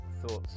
thoughts